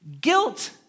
Guilt